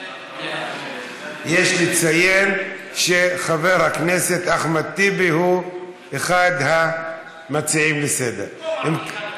יש לציין שחבר הכנסת אחמד טיבי הוא אחד המציעים של ההצעה לסדר-היום.